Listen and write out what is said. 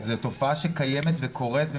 זה תופעה שקיימת וקורית,